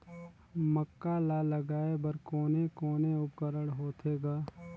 मक्का ला लगाय बर कोने कोने उपकरण होथे ग?